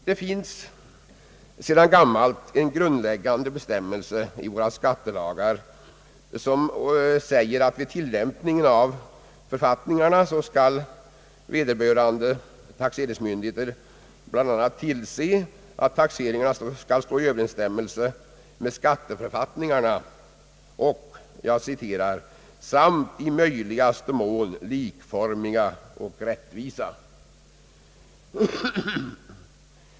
Det finns sedan gammalt en grundläggande bestämmelse i våra skattelagar som säger att vid tillämpningen av författningarna skall vederbörande taxeringsmyndigheter bl.a. tillse att taxeringarna står i överensstämmelse med skatteförfattningarna och vara »i möjligaste måtto likformiga och rättvisa».